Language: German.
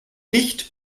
nicht